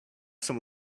some